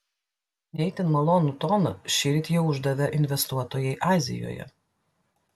ne itin malonų toną šįryt jau uždavė investuotojai azijoje